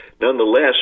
Nonetheless